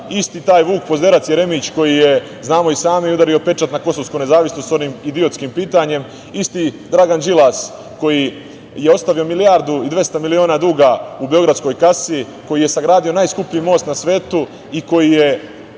isti taj Vuk pozderac Jeremić, koji je, znamo i sami, udario pečat na kosovsku nezavisnost onim idiotskim pitanjem, isti Dragan Đilas, koji je ostavio milijardu i 200 miliona duga u beogradskoj kasi, koji je sagradio najskuplji most na svetu i koji je